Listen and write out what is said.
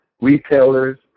retailers